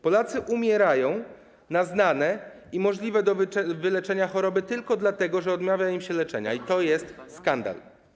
Polacy umierają na znane i możliwe do wyleczenia choroby tylko dlatego, że odmawia im się leczenia, i to jest skandal.